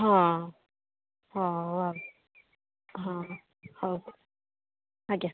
ହଁ ହଉ ଆଉ ହଁ ହଉ ଆଜ୍ଞା